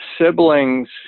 siblings